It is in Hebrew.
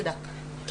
תודה.